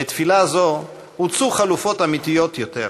לתפילה זו הוצעו חלופות אמיתיות יותר,